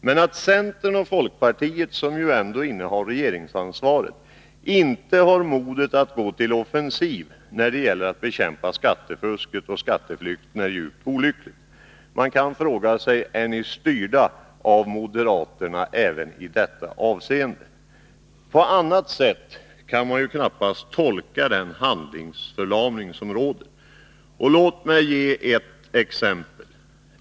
Men att centern och folkpartiet, som ju innehar regeringsansvaret, inte har modet att gå till offensiv när det gäller att bekämpa skattefusket och skatteflykten är djupt olyckligt. Man kan fråga sig: Är ni styrda av moderaterna även i detta avseende? På annat sätt kan man knappast tolka den handlingsförlamning som råder. Låt mig ge ett exempel.